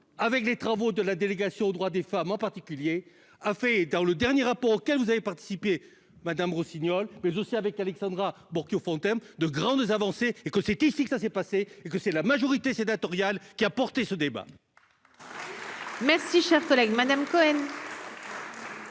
avec les travaux de la délégation aux droits des femmes en particulier a fait dans le dernier rapport auquel vous avez participé Madame Rossignol, mais aussi avec Alexandra Borchio Fontimp de grandes avancées et que c'est ici que ça s'est passé et que c'est la majorité sénatoriale qui a porté ce débat. Merci, cher collègue Madame Cohen.